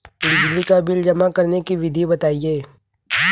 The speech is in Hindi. बिजली का बिल जमा करने की विधि बताइए?